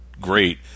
great